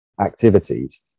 activities